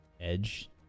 Edge